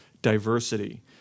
diversity